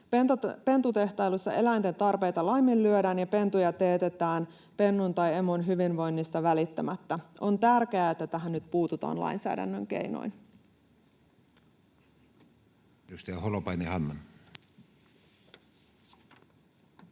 Pentutehtailussa eläinten tarpeita laiminlyödään, ja pentuja teetetään pennun tai emon hyvinvoinnista välittämättä. On tärkeää, että tähän nyt puututaan lainsäädännön keinoin.